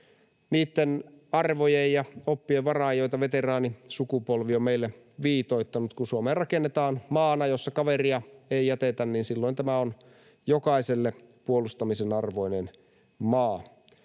niitten arvojen ja oppien varaan, joita veteraanisukupolvi on meille viitoittanut. Kun Suomea rakennetaan maana, jossa kaveria ei jätetä, niin silloin tämä on jokaiselle puolustamisen arvoinen maa.